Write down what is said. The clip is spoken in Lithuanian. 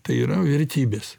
tai yra vertybės